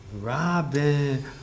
Robin